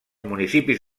municipis